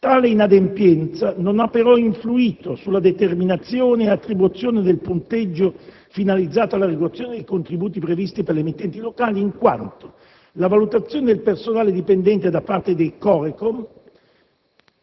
Tale inadempienza non ha però influito sulla determinazione ed attribuzione del punteggio finalizzato all'erogazione dei contributi previsti per le emittenti locali, in quanto la valutazione del personale dipendente da parte dei Corecom